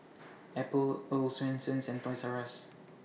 Apple Earl's Swensens and Toys R US